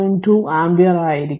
2 ampere ആയിരിക്കും